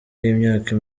y’imyaka